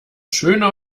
schöne